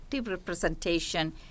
representation